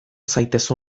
zaitez